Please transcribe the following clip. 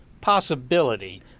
possibility